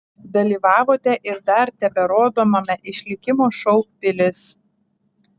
dalyvavote ir dar teberodomame išlikimo šou pilis